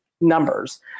numbers